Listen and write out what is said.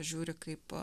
žiūri kaip